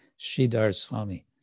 Shidarswami